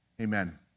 Amen